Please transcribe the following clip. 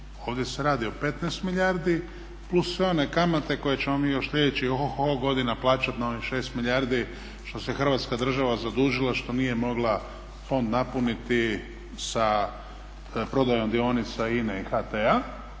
ovdje se radi o 15 milijardi plus one kamate koje ćemo mi još sljedećih ohoho godina plaćat na ovih 6 milijardi što se Hrvatska država zadužila, što nije mogla fond napuniti sa prodajom dionica INA-e i HT-a